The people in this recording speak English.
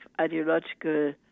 ideological